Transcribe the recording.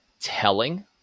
telling